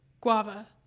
guava